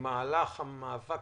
במהלך המאבק